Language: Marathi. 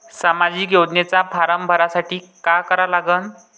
सामाजिक योजनेचा फारम भरासाठी का करा लागन?